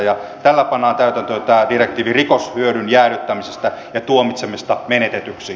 tällä pannaan täytäntöön tämä direktiivi rikoshyödyn jäädyttämisestä ja tuomitsemisesta menetetyksi